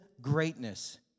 greatness